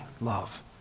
love